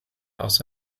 aus